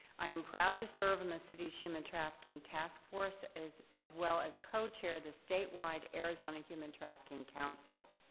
i am proud to serve in the city's human trafficking task force, as as well as cochair the statewide arizona human trafficking council.